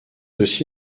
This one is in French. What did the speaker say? aussi